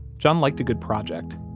john liked a good project.